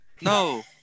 no